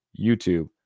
YouTube